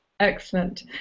Excellent